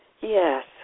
Yes